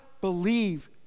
believe